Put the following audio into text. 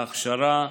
ההכשרה,